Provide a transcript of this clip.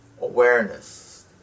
awareness